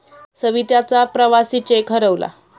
सविताचा प्रवासी चेक हरवला